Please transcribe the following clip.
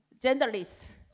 genderless